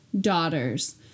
daughters